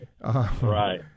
Right